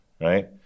right